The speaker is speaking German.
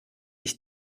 ich